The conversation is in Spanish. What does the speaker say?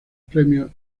premios